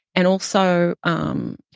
and also, um you